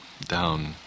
down